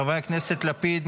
חברי הכנסת יאיר לפיד,